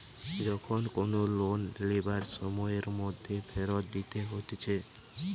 যখন কোনো লোন লিবার সময়ের মধ্যে ফেরত দিতে হতিছে